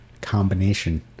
combination